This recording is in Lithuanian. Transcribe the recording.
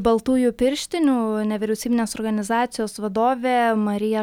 baltųjų pirštinių nevyriausybinės organizacijos vadovė marija